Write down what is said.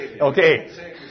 Okay